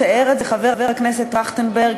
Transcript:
תיאר את זה חבר הכנסת טרכטנברג,